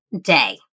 day